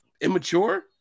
immature